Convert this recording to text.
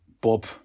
Bob